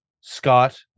Scott